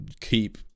keep